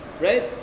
right